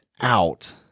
out